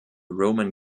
roman